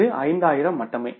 இது 5000 மட்டுமே